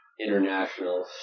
international